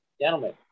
Gentlemen